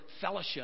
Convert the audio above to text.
fellowship